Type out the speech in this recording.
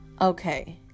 Okay